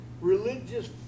Religious